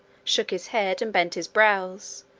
shook his head, and bent his brows,